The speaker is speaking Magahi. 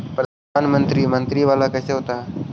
प्रधानमंत्री मंत्री वाला कैसे होता?